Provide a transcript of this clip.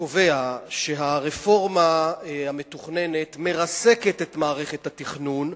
קובע שהרפורמה המתוכננת מרסקת את מערכת התכנון,